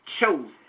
chosen